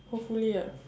hopefully ah